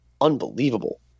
unbelievable